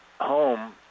home